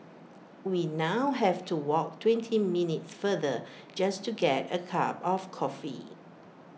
we now have to walk twenty minutes farther just to get A cup of coffee